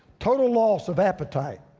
total loss of appetite.